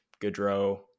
Gaudreau